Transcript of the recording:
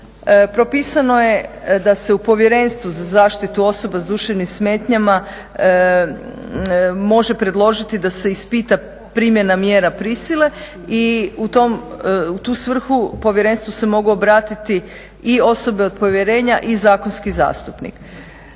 Propisano je da se u Povjerenstvu za zaštitu osoba sa duševnim smetnjama može predložiti da se ispita primjena mjera prisile i u tu svrhu povjerenstvu se mogu obratiti i osobe od povjerenja i zakonski zastupnik.